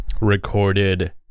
recorded